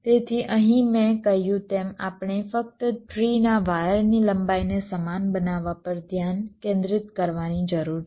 તેથી અહીં મેં કહ્યું તેમ આપણે ફક્ત ટ્રીના વાયરની લંબાઈને સમાન બનાવવા પર ધ્યાન કેન્દ્રિત કરવાની જરૂર છે